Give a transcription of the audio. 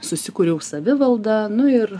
susikūriau savivaldą nu ir